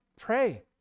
Pray